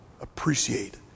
Appreciate